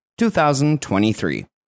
2023